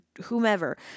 whomever